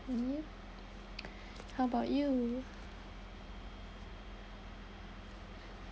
mm how about you